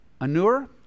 anur